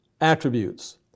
attributes